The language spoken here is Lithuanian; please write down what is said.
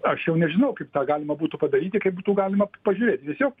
aš jau nežinau kaip tą galima būtų padaryti kaip būtų galima pažiūrėti tiesiog